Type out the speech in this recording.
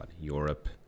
Europe